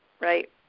Right